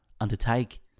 undertake